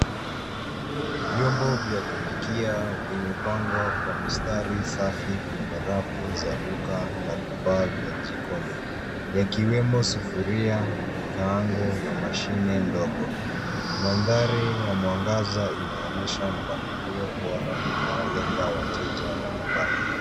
Vyombo vya kupikia vimepangwa kwa mistari safi kwenye rafu za duka la vifaa vya jikoni, yakiwemo sufuria, vikaango na mashine ndogo. Mandhari ya mwangaza inaonyesha mpangilio bora unaolenga wateja wa nyumbani.